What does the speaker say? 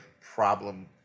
problem